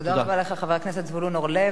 תודה רבה לך, חבר הכנסת זבולון אורלב.